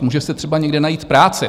Může si třeba někde najít práci.